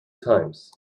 times